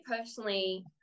personally